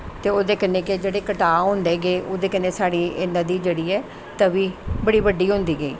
ते ओह्दे कन्नै जेह्ड़े कटाऽ होंदे गे ओह्दे कन्नै गै साढ़ी एह् नदी जेह्ड़ी ऐ तवी बड़ी बड्डी होंदी गेई